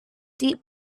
deep